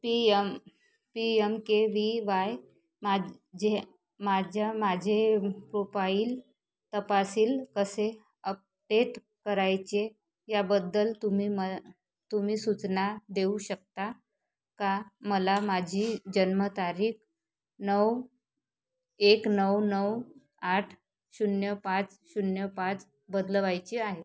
P M P M K V Y माझे माझ्या माझे प्रोपाईल तपशील कसे अपडेट करायचे याबद्दल तुम्ही म तुम्ही सूचना देऊ शकता का मला माझी जन्मतारीख नऊ एक नऊ नऊ आठ शून्य पाच शून्य पाच बदलवायची आहे